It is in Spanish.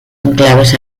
enclaves